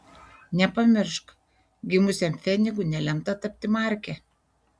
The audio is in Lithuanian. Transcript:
nepamiršk gimusiam pfenigu nelemta tapti marke